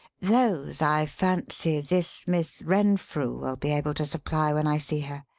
those, i fancy, this miss renfrew will be able to supply when i see her.